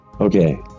Okay